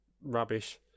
rubbish